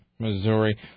Missouri